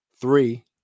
three